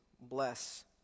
bless